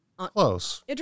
close